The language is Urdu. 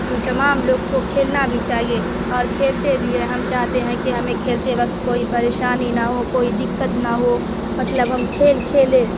ہم تمام لوگ کو کھیلنا بھی چاہیے اور کھیلتے بھی ہیں ہم چاہتے ہیں کہ ہمیں کھیلتے وقت کوئی پریشانی نہ ہو کوئی دقت نہ ہو مطلب ہم کھیل کھیلیں